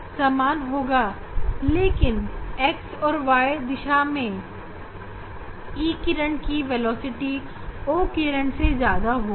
लेकिन आप यह अंकित कर सकते हैं की x और y की दिशा में E किरण की वेलोसिटी O किरण से ज्यादा होगी